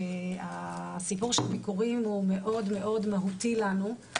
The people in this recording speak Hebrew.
שהסיפור של הביקורים הוא מאוד מאוד מהותי לנו.